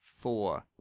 four